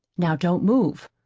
now don't move.